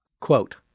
Quote